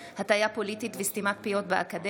אריאל קלנר בנושא: הטיה פוליטית וסתימת פיות באקדמיה.